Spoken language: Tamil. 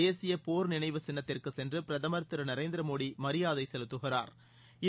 தேசிய போர் நினைவு சின்னத்திற்கு சென்று பிரதமர் திரு நரேந்திரமோடி மரியாதை செலுத்துகிறாா்